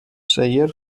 celler